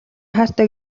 хайртай